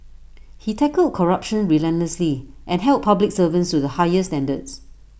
he tackled corruption relentlessly and held public servants to the highest standards